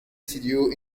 studios